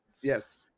Yes